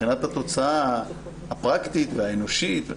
מבחינת התוצאה הפרקטית והאנושית,